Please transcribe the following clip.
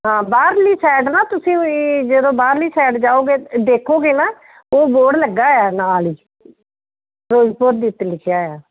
ਹਾਂ ਬਾਹਰਲੀ ਸਾਈਡ ਨਾ ਤੁਸੀਂ ਜਦੋਂ ਬਾਹਰਲੀ ਸਾਈਡ ਜਾਓਗੇ ਦੇਖੋਗੇ ਨਾ ਉਹ ਬੋਰਡ ਲੱਗਾ ਹੋਇਆ ਨਾਲ ਹੀ ਫ਼ਿਰੋਜ਼ਪੁਰ ਹੀ ਉੱਤੇ ਲਿਖਿਆ ਹੋਇਆ